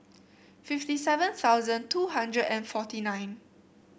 fifty seven thousand two hundred and forty nine